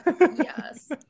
Yes